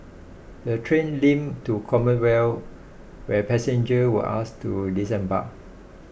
the train limped to Commonwealth where passenger were asked to disembark